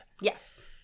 Yes